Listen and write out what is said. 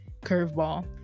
curveball